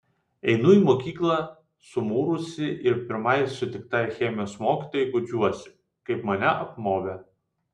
einu į mokyklą sumurusi ir pirmai sutiktai chemijos mokytojai guodžiuosi kaip mane apmovė